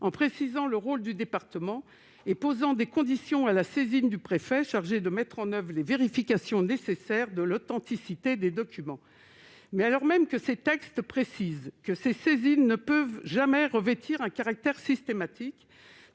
en précisant le rôle du département et en posant des conditions à la saisine du préfet chargé de mettre en oeuvre les vérifications nécessaires à l'authenticité des documents. Pourtant, alors même que ces textes précisent que ces saisines ne peuvent jamais revêtir un caractère systématique,